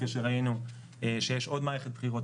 אחרי שראינו שיש עוד מערכת בחירות,